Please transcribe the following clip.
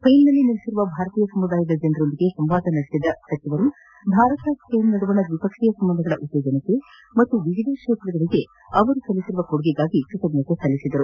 ಸ್ವೇನ್ನಲ್ಲಿ ನೆಲೆಸಿರುವ ಭಾರತೀಯ ಸಮುದಾಯದ ಜನರೊಂದಿಗೆ ಸಂವಾದ ನಡೆಸಿದ ಸಚಿವರು ಭಾರತ ಸ್ಪೇನ್ ನಡುವಣ ದ್ವಿಪಕ್ಷೀಯ ಸಂಬಂಧಗಳ ಉತ್ತೇಜನಕ್ಕೆ ಹಾಗೂ ವಿವಿಧ ಕ್ಷೇತ್ರಗಳಿಗೆ ಅವರು ಸಲ್ಲಿಸಿರುವ ಕೊಡುಗೆಗಾಗಿ ಕೃತಜ್ಞತೆ ಸಲ್ಲಿಸಿದರು